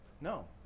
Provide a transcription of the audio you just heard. no